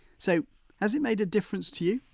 so has it made a difference to you?